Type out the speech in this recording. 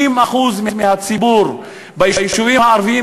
60% מהציבור ביישובים הערביים,